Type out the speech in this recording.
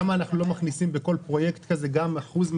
למה אנחנו לא מכניסים בכל פרויקט כזה גם אחוז מסוים?